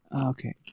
Okay